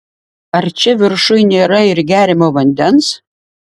ar čia viršuj nėra ir geriamo vandens